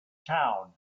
town